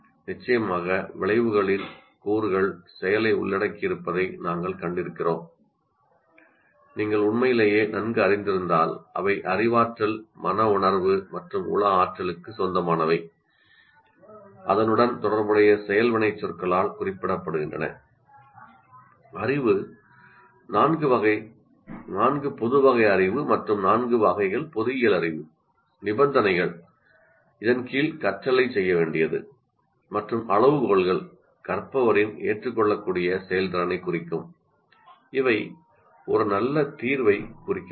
நிச்சயமாக விளைவுகளின் கூறுகள் செயலை உள்ளடக்கியிருப்பதை நாங்கள் கண்டிருக்கிறோம் நீங்கள் உண்மையிலேயே நன்கு அறிந்திருந்தால் அவை அறிவாற்றல் மனஉணர்வு மற்றும் உளஆற்றல்க்கு சொந்தமானவை அதனுடன் தொடர்புடைய செயல் வினைச்சொற்களால் குறிப்பிடப்படுகின்றன அறிவு நான்கு பொது வகை அறிவு மற்றும் நான்கு வகைகளிலிருந்து பொறியியல் அறிவு நிபந்தனைகள் இதன் கீழ் செயலைச் செய்ய வேண்டியது மற்றும் அளவுகோல்கள் கற்பவரின் ஏற்றுக்கொள்ளக்கூடிய செயல்திறனைக் குறிக்கும் இவை ஒரு நல்ல தீர்வைக் குறிக்கிறது